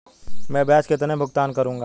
मैं ब्याज में कितना भुगतान करूंगा?